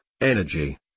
energy